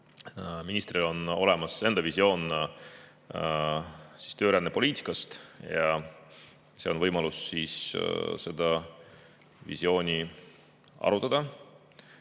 ministril on olemas enda visioon töörändepoliitikast. See on võimalus seda visiooni arutada,